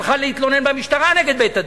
הלכה להתלונן במשטרה נגד בית-הדין,